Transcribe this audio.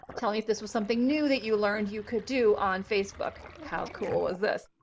tell me if this was something new that you learned you could do on facebook. how cool was this?